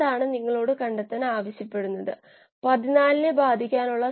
കോശങ്ങളിലെ കാർബണിന്റെ mass biomass 0